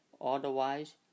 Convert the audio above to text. Otherwise